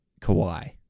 Kawhi